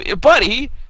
Buddy